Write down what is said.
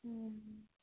হুম